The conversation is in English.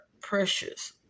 precious